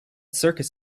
circus